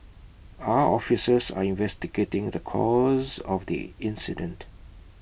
our officers are investigating the cause of the incident